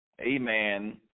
Amen